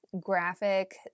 graphic